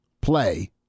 play